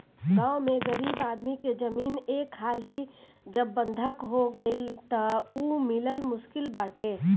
गांव में गरीब आदमी के जमीन एक हाली जब बंधक हो गईल तअ उ मिलल मुश्किल बाटे